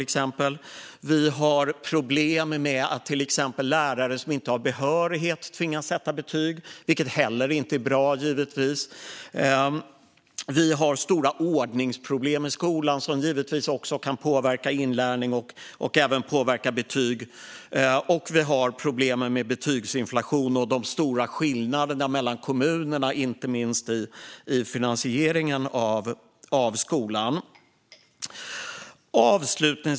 Det finns problem med att lärare utan behörighet tvingas sätta betyg, vilket givetvis inte heller är bra. Det råder stora ordningsproblem i skolan, som givetvis också påverkar inlärning och betyg. Det råder även problem med betygsinflation och stora skillnader mellan kommunerna inte minst i finansieringen av skolan.